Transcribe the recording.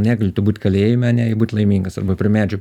negali tu būt kalėjime ane i būt laimingas arba prie medžio